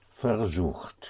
versucht